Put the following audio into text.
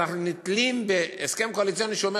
אבל אנחנו נתלים בהסכם קואליציוני שאומר